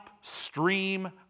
stream